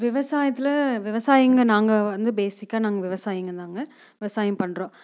விவசாயத்தில் விவசாயிங்க நாங்கள் வந்து பேசிக்கா நாங்கள் விவசாயிங்கதாங்க விவசாயம் பண்ணுறோம்